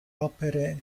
opere